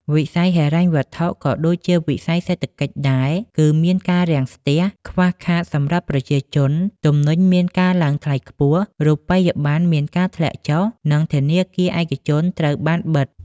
វិស័យហិរញ្ញវត្ថុក៏ដូចជាវិស័យសេដ្ឋកិច្ចដែរ គឺមានការរាំងស្ទះ ខ្វះខាតសម្រាប់ប្រជាជន ទំនិញមានការឡើងថ្លៃខ្ពស់ រូបិយប័ណ្ណ មានការធាក់ចុះ និងធានាគារឯកជនត្រូវបានបិត។